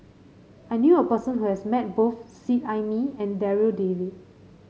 I knew a person who has met both Seet Ai Mee and Darryl David